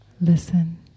Listen